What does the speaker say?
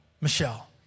Michelle